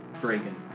dragon